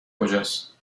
کجاست